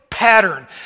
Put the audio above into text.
pattern